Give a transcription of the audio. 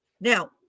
Now